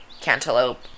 cantaloupe